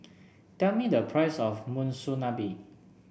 tell me the price of Monsunabe